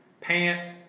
pants